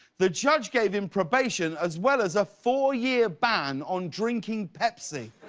the judge gave him probation as well as a four-year ban on drinking pepsi.